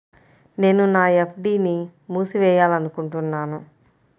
నేను నా ఎఫ్.డీ ని మూసివేయాలనుకుంటున్నాను